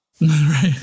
Right